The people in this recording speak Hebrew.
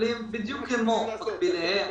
שמקבלים בדיוק כמו מקביליהם